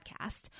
podcast